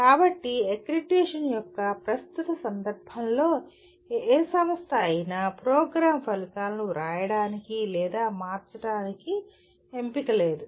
కాబట్టి అక్రిడిటేషన్ యొక్క ప్రస్తుత సందర్భంలో ఏ సంస్థ అయినా ప్రోగ్రామ్ ఫలితాలను వ్రాయడానికి లేదా మార్చడానికి ఎంపిక లేదు